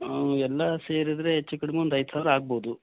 ಎಲ್ಲ ಸೇರಿದರೆ ಹೆಚ್ಚು ಕಡಿಮೆ ಒಂದು ಐದು ಸಾವಿರ ಆಗ್ಬೋದು